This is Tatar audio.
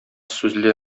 сүзле